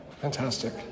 fantastic